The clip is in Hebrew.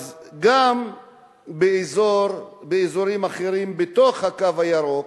זה גם באזורים אחרים, בתוך "הקו הירוק",